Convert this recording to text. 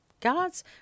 God's